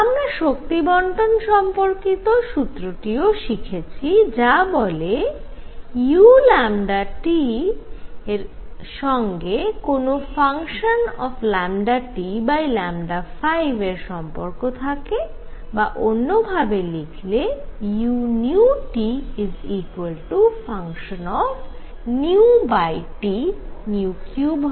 আমরা শক্তি বণ্টন সম্পর্কিত সুত্রটিও শিখেছি যা বলে u এর সঙ্গে কোন fT5 এর সম্পর্ক থাকে বা অন্য ভাবে লিখলে u fT3 হয়